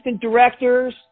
directors